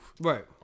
Right